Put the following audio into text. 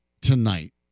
tonight